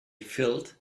filled